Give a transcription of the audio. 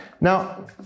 Now